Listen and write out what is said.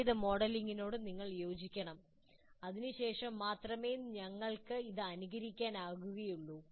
ചെയ്ത മോഡലിംഗിനോട് ഞങ്ങൾ യോജിക്കണം അതിനുശേഷം മാത്രമേ ഞങ്ങൾ ഇത് അനുകരിക്കുകയുള്ളൂ